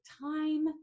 time